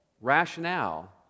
rationale